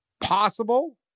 Possible